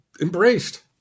embraced